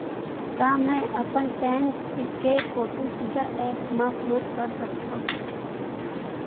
का मैं अपन पैन के फोटू सीधा ऐप मा अपलोड कर सकथव?